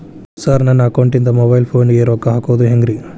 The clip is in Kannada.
ಸರ್ ನನ್ನ ಅಕೌಂಟದಿಂದ ಮೊಬೈಲ್ ಫೋನಿಗೆ ರೊಕ್ಕ ಹಾಕೋದು ಹೆಂಗ್ರಿ?